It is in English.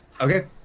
Okay